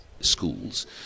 schools